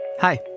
Hi